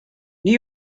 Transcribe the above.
new